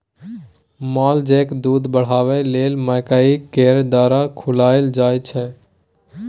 मालजालकेँ दूध बढ़ाबय लेल मकइ केर दर्रा खुआएल जाय छै